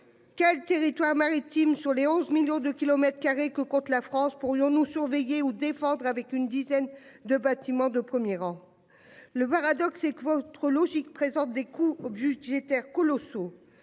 Quel territoire maritime sur les 11 millions de kilomètres carrés que compte la France pour nous surveiller ou défendre avec une dizaine de bâtiments de 1er rang. Le paradoxe, c'est que votre logique présente des coups au budgétaires colossaux.